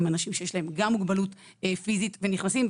הם אנשים שיש להם גם מוגבלות פיסית --- מיכל,